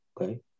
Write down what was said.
Okay